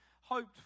hoped